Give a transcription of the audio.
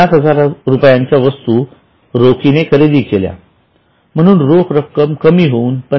५०००० रुपयांच्या वस्तू रोखीने खरेदी केल्या म्हणून रोख रक्कम कमी होऊन रु